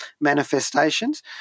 manifestations